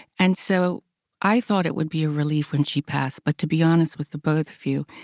and so i thought it would be a relief when she passed, but to be honest with the both of you,